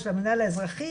של המנהל האזרחי,